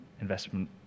investment